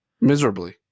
Miserably